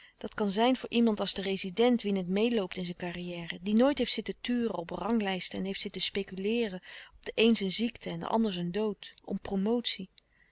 dat kan zijn voor iemand als de rezident wien het meêloopt in zijn carrière die nooit heeft zitten turen op louis couperus de stille kracht ranglijsten en heeft zitten speculeeren op den een zijn ziekte en den ander zijn dood om promotie